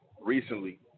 recently